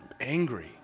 angry